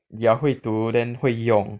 ya 会读 then 会用